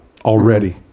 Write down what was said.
already